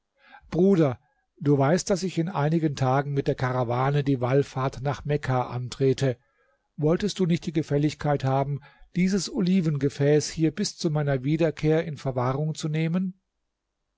bruder du weißt daß ich in einigen tagen mit der karawane die wallfahrt nach mekka antrete wolltest du nicht die gefälligkeit haben dieses olivengefäß hier bis zu meiner wiederkehr in verwahrung zu nehmen